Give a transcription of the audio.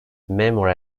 memory